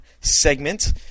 segment